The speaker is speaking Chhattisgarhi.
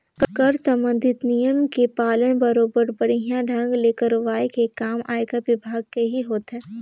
कर संबंधित नियम के पालन बरोबर बड़िहा ढंग ले करवाये के काम आयकर विभाग केही होथे